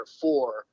four